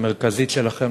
המרכזית שלכם,